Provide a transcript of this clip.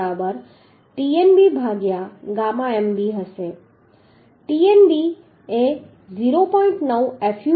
તે Tdb બરાબર Tnb ભાગ્યા ગામા mb હશે Tnb એ 0